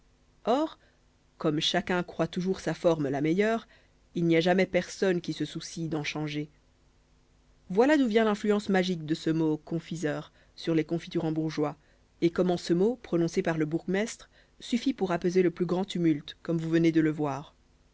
or comme chacun croit toujours sa forme la meilleure il n'y a jamais personne qui se soucie d'en changer voilà d'où vient l'influence magique de ce mot confiseur sur les confiturembourgeois et comment ce mot prononcé par le bourgmestre suffit pour apaiser le plus grand tumulte comme vous venez de le voir